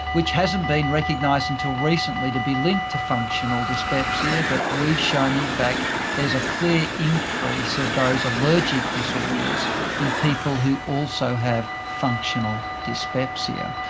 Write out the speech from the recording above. which hasn't been recognised until recently to be linked to functional dyspepsia but we've shown in fact there's a clear increase of those allergic disorders in people who also have functional dyspepsia.